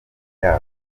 yawo